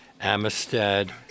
Amistad